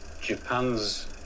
Japan's